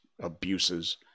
abuses